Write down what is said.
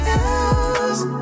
else